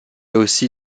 aussi